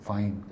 Fine